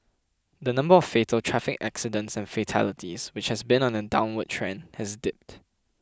the number of fatal traffic accidents and fatalities which has been on a downward trend has dipped